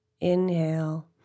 Inhale